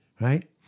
right